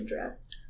dress